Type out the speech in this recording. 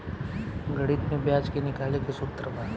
गणित में ब्याज के निकाले के सूत्र बा